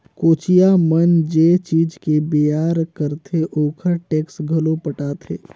कोचिया मन जे चीज के बेयार करथे ओखर टेक्स घलो पटाथे